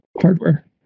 hardware